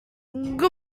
good